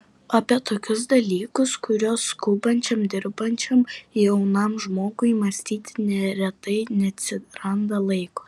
apie tokius dalykus kuriuos skubančiam dirbančiam jaunam žmogui mąstyti neretai neatsiranda laiko